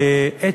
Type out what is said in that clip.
עת